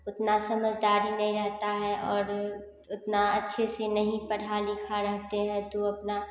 उतना समझदारी नहीं रहता है और उतना अच्छे से नहीं पढ़ा लिखा रहते हैं तो अपना